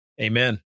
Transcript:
Amen